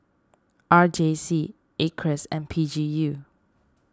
R J C Acres and P G U